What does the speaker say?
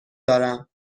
دارم